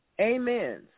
Amen